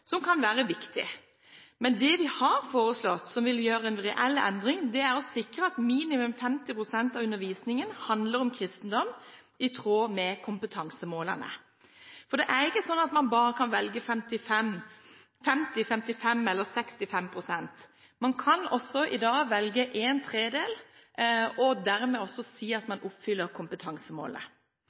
som kan være viktig. Men det vi har foreslått, som vil gjøre en reell endring, er å sikre at minimum 55 pst. av undervisningen handler om kristendom, i tråd med kompetansemålene. Det er ikke sånn at man bare kan velge 50, 55 eller 65 pst. Man kan også i dag velge en tredjedel og dermed også si at man oppfyller kompetansemålet.